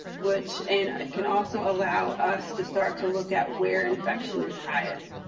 which and can also allow us to start to look at where infection is highest.